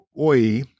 Oi